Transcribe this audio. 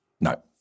no